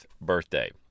birthday